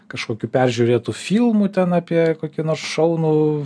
kažkokių peržiūrėtų filmų ten apie kokį nors šaunų